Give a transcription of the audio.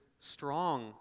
strong